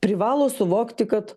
privalo suvokti kad